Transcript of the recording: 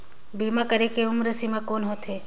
बीमा करे के उम्र सीमा कौन होथे?